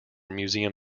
museum